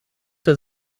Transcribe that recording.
der